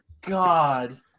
God